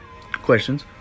Questions